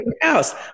house